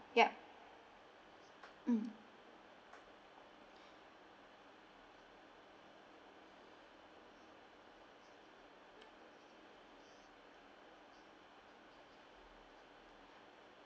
yup mm